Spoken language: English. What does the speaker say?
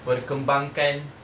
perkembangkan